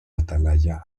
atalaya